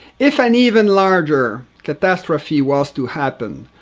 if an even larger catastrophe was to happen,